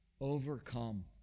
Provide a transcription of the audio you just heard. overcome